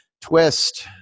Twist